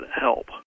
help